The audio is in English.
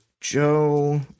Joe